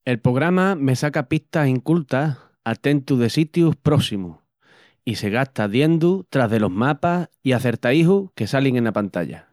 El pograma me saca pistas incultas a tentu de sitius próssimus i se gasta diendu tras delos mapas i acertaíjus que salin ena pantalla.